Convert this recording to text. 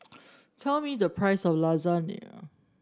tell me the price of Lasagne